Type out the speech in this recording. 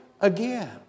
again